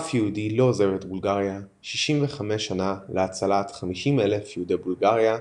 אף יהודי לא עוזב את בולגריה - 65 שנה להצלת 50,000 יהודי בולגריה,